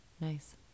Nice